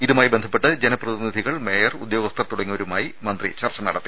ഇതുമായി ബന്ധപ്പെട്ട് ജനപ്രതിനിധികൾ മേയർ ഉദ്യോഗസ്ഥർ തുടങ്ങിയവരുമായി മന്ത്രി ചർച്ച നടത്തി